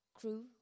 crew